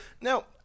Now